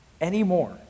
anymore